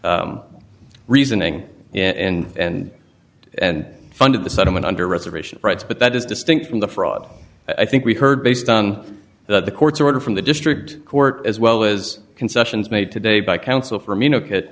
reasoning and and funded the settlement under reservation rights but that is distinct from the fraud i think we heard based on the court's order from the district court as well as concessions made today by counsel from you know